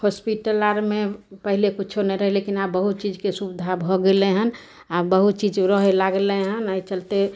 hospital आरमे पहिले कुछो नहि रहय लेकिन आब बहुत चीजके सुविधा भऽ गेलै हन आब बहुत चीज रहय लागलय हन अइ चलते